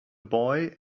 boy